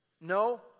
No